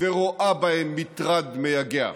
ורואה בהם מטרד מייגע.